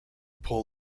pull